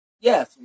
Yes